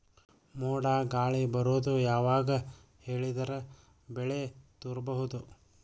ಮೋಡ ಗಾಳಿ ಬರೋದು ಯಾವಾಗ ಹೇಳಿದರ ಬೆಳೆ ತುರಬಹುದು?